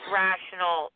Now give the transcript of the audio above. rational